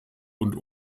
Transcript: und